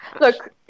Look